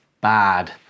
bad